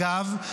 אגב,